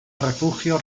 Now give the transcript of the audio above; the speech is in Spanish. refugio